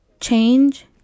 Change